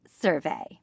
survey